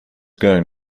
going